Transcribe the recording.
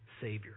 Savior